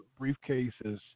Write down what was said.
briefcases